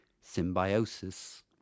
symbiosis